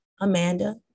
Amanda